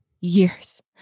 years